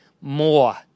more